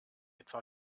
etwa